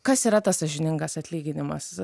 kas yra tas sąžiningas atlyginimas